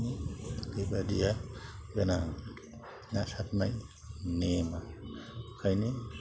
ओंखाइनो बेबायदिया गोनां ना सारनाय नेम बेखायनो